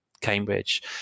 Cambridge